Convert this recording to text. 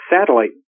satellite